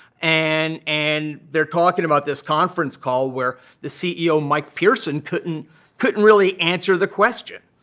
and and they're talking about this conference call where the ceo mike pearson couldn't couldn't really answer the question.